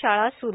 शाळा सुरू